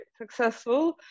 successful